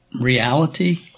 reality